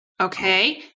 Okay